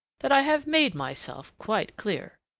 that i have made myself quite clear.